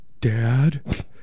Dad